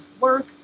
work